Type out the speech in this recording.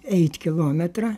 eit kilometrą